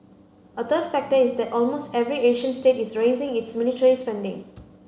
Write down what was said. a third factor is that almost every Asian state is raising its military spending